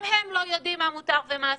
גם הם לא יודעים מה מותר ומה אסור,